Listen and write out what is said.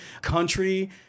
country